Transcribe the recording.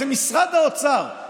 זה משרד האוצר,